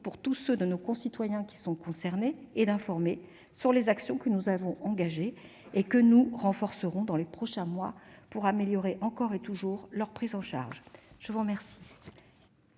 pour tous ceux de nos concitoyens qui sont concernés et d'informer sur les actions engagées, que nous renforcerons dans les prochains mois pour améliorer encore et toujours leur prise en charge. La parole